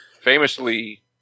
famously